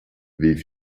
wie